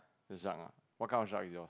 the shark lah what kind of shark is yours